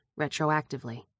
retroactively